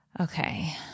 Okay